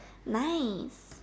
nice